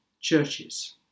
churches